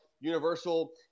universal